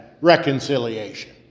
reconciliation